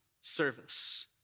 service